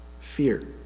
fear